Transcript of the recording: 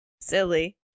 Silly